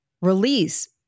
release